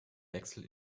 wechsel